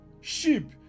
sheep